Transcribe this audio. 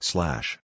Slash